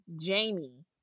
Jamie